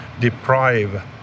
deprive